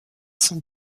son